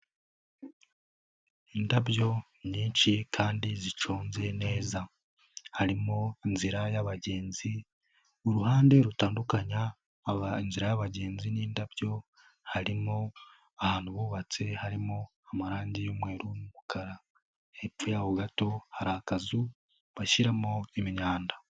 Indabyo nyinshi kandi ziconze neza, harimo inzira y'abagenzi uruhande rutandukanya inzira y'abagenzi n'indabyo, harimo ahantu bubatse harimo amarangi y'umweru n'umukara, hepfo yaho gato hari akazu bashyiramo imyanda.